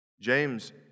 James